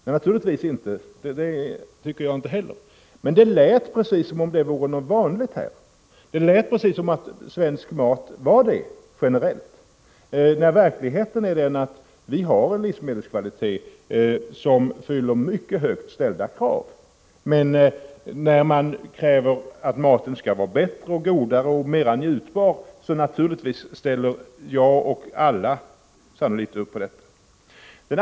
Nej, naturligtvis inte, det tycker inte jag heller. Men det lät som om det vore någonting vanligt och generellt i Sverige. Verkligheten är den att vi har en livsmedelskvalitet som fyller mycket högt ställda krav. Kravet på att maten skall vara bättre och godare och mera njutbar ställer jag och sannolikt alla upp på.